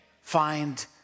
find